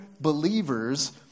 believers